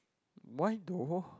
why though